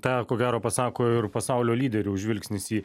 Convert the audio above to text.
tą ko gero pasako ir pasaulio lyderių žvilgsnis į